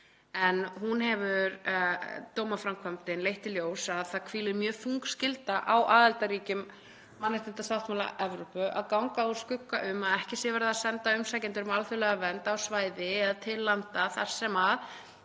en dómaframkvæmdin hefur leitt í ljós að það hvílir mjög þung skylda á aðildarríkjunum mannréttindasáttmála Evrópu að ganga úr skugga um að ekki sé verið að senda umsækjendur um alþjóðlega vernd á svæði eða til landa þar sem